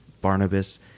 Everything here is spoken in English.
Barnabas